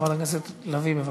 חברת הכנסת לביא, בבקשה.